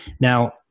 Now